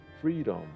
freedom